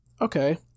Okay